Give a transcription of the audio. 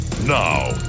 Now